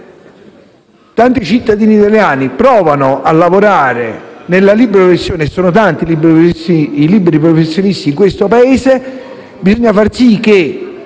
tanti cittadini italiani provano a lavorare nella libera professione (e sono tanti i liberi professionisti nel nostro Paese) decidendo di stare